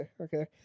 Okay